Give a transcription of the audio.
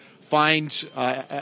find